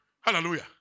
Hallelujah